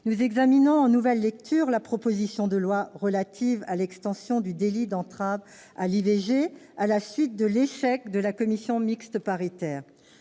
nous examinons en nouvelle lecture la proposition de loi relative à l'extension du délit d'entrave à l'IVG à la suite de l'échec de la commission mixte paritaire.